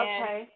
Okay